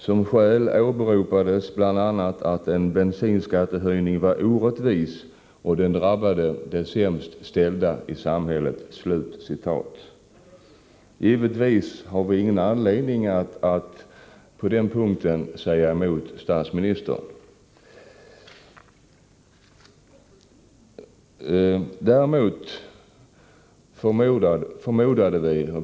Som skäl åberopades bl.a. att en bensinskattehöjning var orättvis och att den drabbade de sämst ställda i samhället.” Givetvis har vi ingen anledning att på den punkten säga emot statsministern.